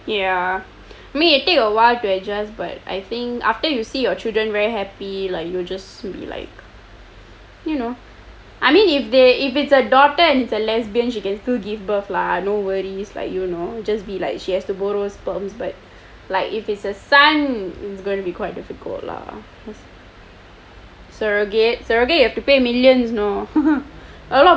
ya I mean it take a while to digest but I think after you see your children very happy like you will just be like you know I mean if they if it's a daughter and if it's a lesbian she can still give birth lah no worries like you know just be like she has to borrow sperms but like if it's a son is gonna be quite difficult lah surrogate you have to pay millions you know